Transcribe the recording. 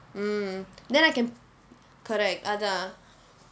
mm then I can correct அதான்:athaan